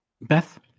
Beth